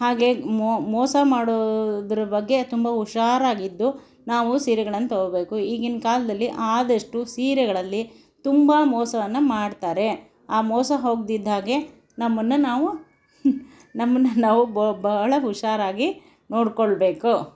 ಹಾಗೆ ಮೋಸ ಮಾಡುವುದರ ಬಗ್ಗೆ ತುಂಬ ಹುಷಾರಾಗಿದ್ದು ನಾವು ಸೀರೆಗಳನ್ನು ತಗೋಬೇಕು ಈಗಿನ ಕಾಲದಲ್ಲಿ ಆದಷ್ಟು ಸೀರೆಗಳಲ್ಲಿ ತುಂಬ ಮೋಸವನ್ನು ಮಾಡ್ತಾರೆ ಆ ಮೋಸ ಹೋಗದಿದ್ದ ಹಾಗೆ ನಮ್ಮನ್ನು ನಾವು ನಮ್ಮನ್ನು ನಾವು ಬಹಳ ಹುಷಾರಾಗಿ ನೋಡ್ಕೊಳ್ಬೇಕು